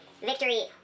victory